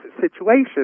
situation